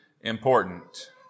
important